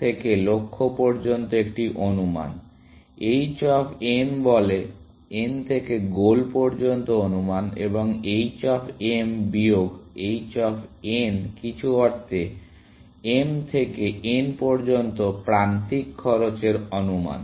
থেকে লক্ষ্য পর্যন্ত একটি অনুমান h অফ n বলে n থেকে গোল পর্যন্ত অনুমান এবং h অফ m বিয়োগ h অফ n কিছু অর্থে m থেকে n পর্যন্ত প্রান্তিক খরচের অনুমান